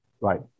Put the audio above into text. right